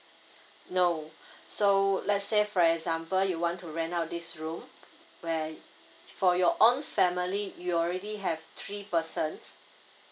no so let's say for example you want to rent out this room where for your own family you already have three persons